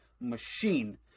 machine